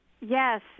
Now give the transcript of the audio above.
yes